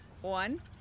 one